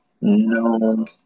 No